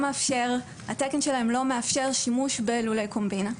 התקן שלהם לא מאפשר שימוש בלולי קומבינה.